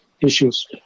issues